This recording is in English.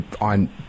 on